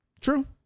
True